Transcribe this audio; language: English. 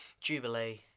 Jubilee